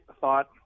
thought